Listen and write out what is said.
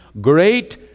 great